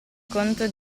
conto